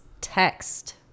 text